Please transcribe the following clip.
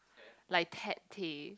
like Ted-Tay